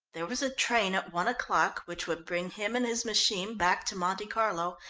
there was a train at one o'clock which would bring him and his machine back to monte carlo,